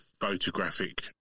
photographic